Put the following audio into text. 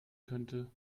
könnte